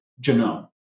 genome